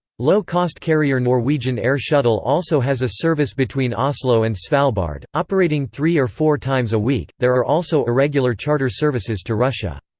low-cost carrier norwegian air shuttle also has a service between oslo and svalbard, operating three or four times a week there are also irregular charter services to russia.